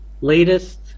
latest